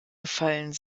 gefallen